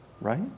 right